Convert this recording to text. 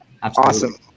Awesome